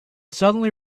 suddenly